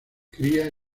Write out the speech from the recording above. cría